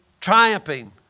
Triumphing